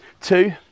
two